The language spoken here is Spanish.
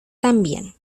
también